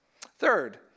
Third